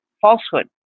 falsehood